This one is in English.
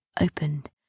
opened